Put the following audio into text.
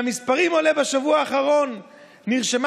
מהמספרים עולה שבשבוע האחרון נרשמה